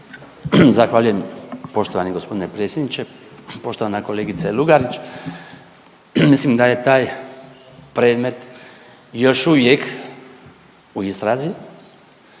Zahvaljujem. Poštovani g. predsjedniče, poštovana kolegice LUgarić. Mislim da je taj predmet još uvijek u istrazi